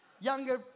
Younger